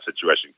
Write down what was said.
situation